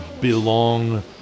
belong